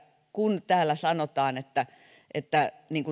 kun täällä sanotaan että että